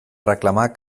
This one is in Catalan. reclamar